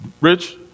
rich